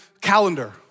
calendar